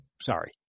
sorry